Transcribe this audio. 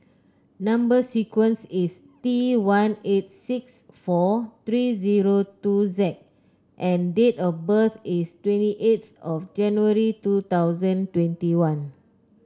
number sequence is T one eight six four three zero two Z and date of birth is twenty eight of January two thousand twenty one